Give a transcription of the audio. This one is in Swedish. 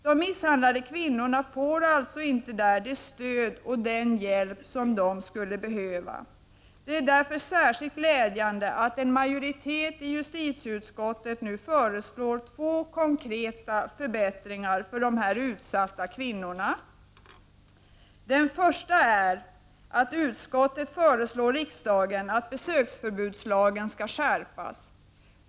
De misshandlade kvinnorna får alltså inte det stöd och den hjälp som de skulle behöva av polisen. Det är därför särskilt glädjande att en majoritet i justitieutskottet nu föreslår två konkreta förbättringar för dessa utsatta kvinnor. Den ena förbättringen som utskottet föreslår riksdagen är att besöksförbudslagen skall skärpas.